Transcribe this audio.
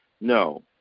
No